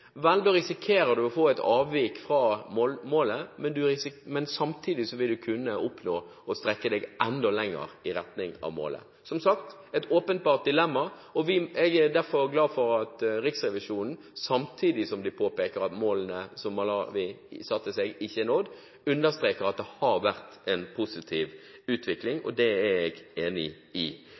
vel, da risikerer du å få et avvik fra målet, men samtidig vil du kunne oppnå å strekke deg enda lenger i retning av målet. Som sagt: et åpenbart dilemma. Jeg er derfor glad for at Riksrevisjonen, samtidig som de påpeker at målene som Malawi satte seg, ikke er nådd, understreker at det har vært en positiv utvikling. Det er jeg enig i.